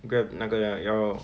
Grab 那个 要